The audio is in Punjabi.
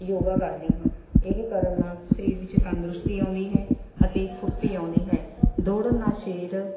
ਯੋਗਾ ਕਰਦੀ ਹਾਂ ਇਹ ਕਰਨ ਨਾਲ ਸਰੀਰ ਵਿੱਚ ਤੰਦਰੁਸਤੀ ਆਉਂਦੀ ਹੈ ਅਤੇ ਫੁਰਤੀ ਆਉਂਦੀ ਹੈ ਦੌੜਨ ਨਾਲ ਸਰੀਰ